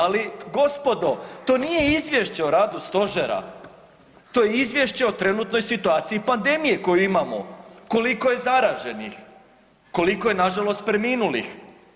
Ali gospodo to nije izvješće o radu Stožera, to je izvješće o trenutnoj situaciji pandemije koju imamo koliko je zaraženih, koliko je na žalost preminulih.